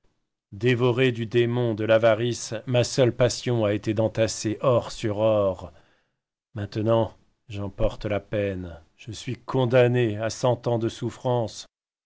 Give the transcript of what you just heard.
dévoré du démon de l'avarice ma seule passion a été d'entasser or sur or maintenant j'en porte la peine je suis condamné à cent ans de souffrances